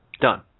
done